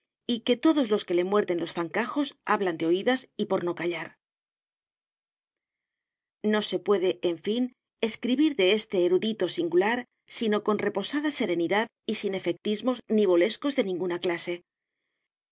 y que todos los que le muerden los zancajos hablan de oídas y por no callar no se puede en fin escribir de este erudito singular sino con reposada serenidad y sin efectismos nivolescos de ninguna clase